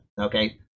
okay